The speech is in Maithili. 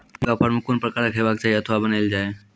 मुर्गा फार्म कून प्रकारक हेवाक चाही अथवा बनेल जाये?